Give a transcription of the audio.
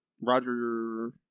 Roger